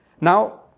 Now